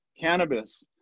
cannabis